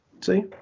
See